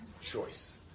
choice